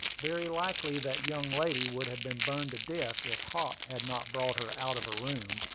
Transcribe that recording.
very likely that young lady would have been burned to death if hop had not brought her out of her room,